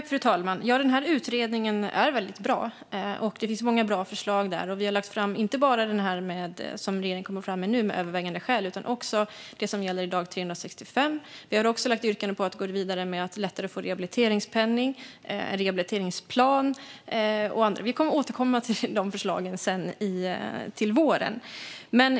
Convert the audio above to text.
Fru talman! Den här utredningen är väldigt bra, och det finns många bra förslag där. Vi har lagt fram inte bara det som regeringen kommer fram med gällande övervägande skäl utan också det som gäller vid dag 365. Vi har också lagt ett yrkande på att gå vidare med att lättare få rehabiliteringspenning, rehabiliteringsplan och annat. Vi kommer att återkomma till de förslagen till våren.